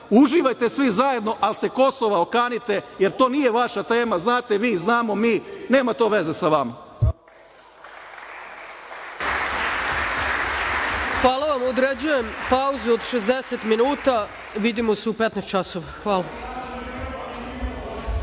Uživajte svi zajedno, ali se Kosova okanite jer to nije vaša tema, znate vi, znamo vi, nema to veze sa vama. **Ana Brnabić** Hvala vam. Određujem pauzu od 60 minuta. Vidimo se u 15.00 časova.(Posle